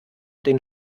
den